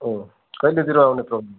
अँ कहिलेतिर आउने तँ